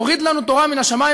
הוריד לנו תורה מן השמים.